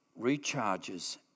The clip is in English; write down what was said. recharges